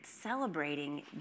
celebrating